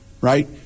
right